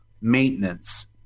maintenance